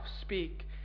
speak